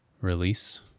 release